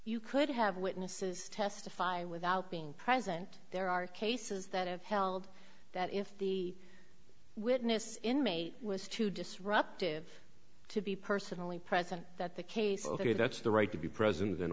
you could have witnesses testify without being present there are cases that have held that if the witness inmate was too disruptive to be personally present that the case ok that's the right to be present and